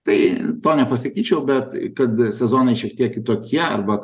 tai to nepasakyčiau bet kad sezonai šiek tiek kitokie arba